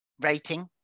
rating